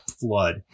flood